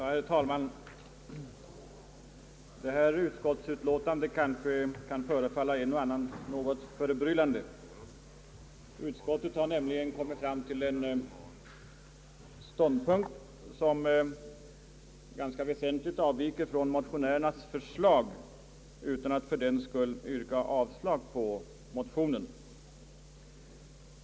Herr talman! Detta utskottsutlåtande kan möjligen förefalla en och annan något förbryllande — utskottet har nämligen kommit fram till en ståndpunkt som ganska väsentligt avviker från motionärernas förslag, utan att fördenskull yrka avslag på motionen.